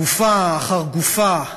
גופה אחר גופה,